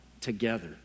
together